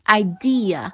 idea 。